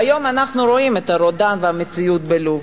והיום אנחנו רואים את הרודן והמציאות בלוב.